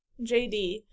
JD